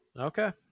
Okay